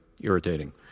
irritating